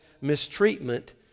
mistreatment